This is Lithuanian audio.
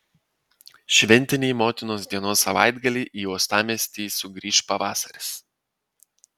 šventinį motinos dienos savaitgalį į uostamiestį sugrįš pavasaris